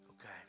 okay